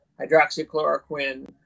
hydroxychloroquine